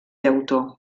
llautó